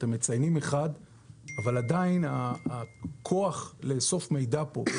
אתם מציינים אחד אבל עדיין יש את הכוח לאסוף מידע כאן